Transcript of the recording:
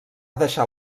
deixar